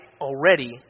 already